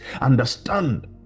understand